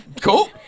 Cool